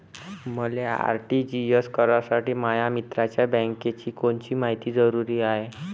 मले आर.टी.जी.एस करासाठी माया मित्राच्या बँकेची कोनची मायती जरुरी हाय?